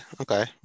Okay